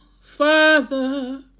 Father